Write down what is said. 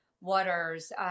waters